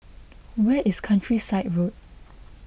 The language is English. where is Countryside Road